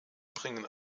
bringen